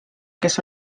kes